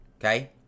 okay